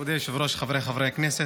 כבוד היושב-ראש, חבריי חברי הכנסת,